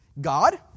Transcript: God